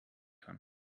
kann